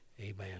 amen